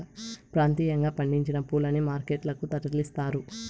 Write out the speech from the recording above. ప్రాంతీయంగా పండించిన పూలని మార్కెట్ లకు తరలిస్తారు